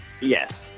Yes